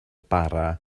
bara